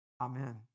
Amen